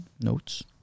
notes